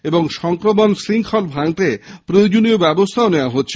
এবং সংক্রমণ শৃঙ্খল ভাঙতে প্রয়োজনীয় ব্যবস্থা নেওয়া হয়েছে